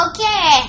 Okay